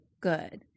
good